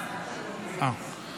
חבר הכנסת ארז מלול, בבקשה.